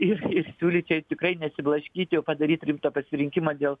ir siūlyčiau tikrai nesiblaškyti o padaryt rimtą pasirinkimą dėl